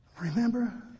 remember